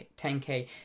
10k